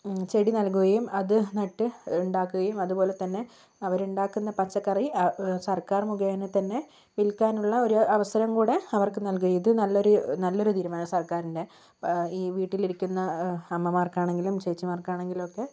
ചെടി നൽകുകയും അത് നട്ട് ഉണ്ടാക്കുകയും അതുപോലെത്തന്നെ അവരുണ്ടാക്കുന്ന പച്ചക്കറി സർക്കാർ മുഖേനെത്തന്നെ വിൽക്കാനുള്ള ഒരു അവസരം കൂടെ അവർക്ക് നൽകി ഇത് നല്ലൊരു നല്ലൊരു തീരുമാനമാണ് സർക്കാരിന്റെ ഈ വീട്ടിൽ ഇരിക്കുന്ന അമ്മമാർക്കാണെങ്കിലും ചേച്ചിമാർക്കാണെങ്കിലും ഒക്കെ